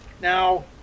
Now